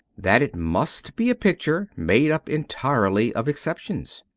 that it must be a picture made up entirely of exceptions.